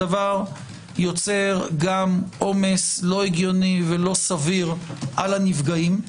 הדבר יוצר עומס לא הגיוני ולא סביר על הנפגעים.